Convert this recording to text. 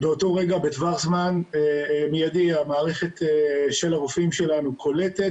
באותו רגע בטווח זמן מיידי המערכת של הרופאים שלנו קולטת,